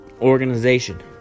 organization